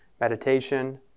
meditation